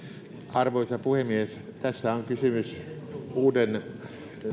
arvoisa puhemies tässä on kysymys uuden